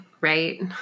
right